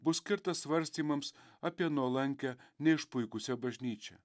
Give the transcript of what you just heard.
bus skirtas svarstymams apie nuolankią neišpuikusią bažnyčią